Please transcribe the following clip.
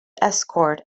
escort